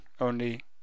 only—